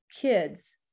kids